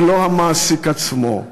ולא המעסיק עצמו.